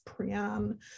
Priyan